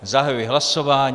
Zahajuji hlasování.